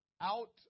out